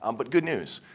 um but good news,